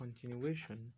continuation